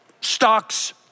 stocks